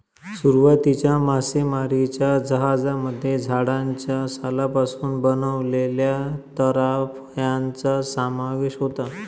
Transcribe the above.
सुरुवातीच्या मासेमारीच्या जहाजांमध्ये झाडाच्या सालापासून बनवलेल्या तराफ्यांचा समावेश होता